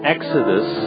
Exodus